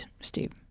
Steve